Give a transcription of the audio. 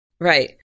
Right